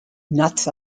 nuts